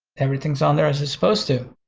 everything's on there as it's supposed to,